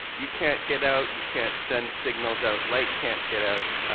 you can't get out, you can't send signals out, light can't get out,